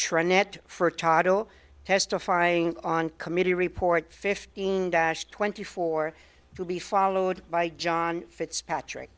tried net for tidal testifying on committee report fifteen dash twenty four to be followed by john fitzpatrick